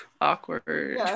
awkward